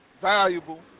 valuable